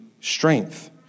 Strength